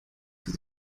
für